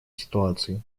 ситуации